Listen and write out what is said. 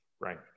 Right